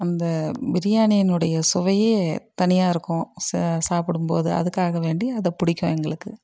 அந்த பிரியாணியினுடைய சுவையே தனியாக இருக்கும் ச சாப்பிடும் போது அதுக்காக வேண்டி அதை பிடிக்கும் எங்களுக்கு